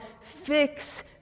fix